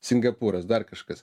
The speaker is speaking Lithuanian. singapūras dar kažkas